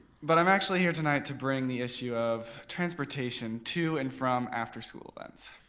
but i'm actually here tonight to bring the issue of transportation to and from after school events.